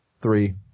three